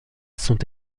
sont